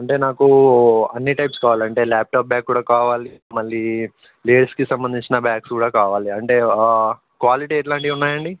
అంటే నాకు అన్నీ టైప్స్ కావాలి అంటే ల్యాప్టాప్ బ్యాగ్ కూడా కావాలి మళ్ళీ ప్లేస్కి సంబందించిన బ్యాగ్స్ కూడా కావాలి అంటే క్వాలిటీ ఎట్లాంటివి ఉన్నాయండి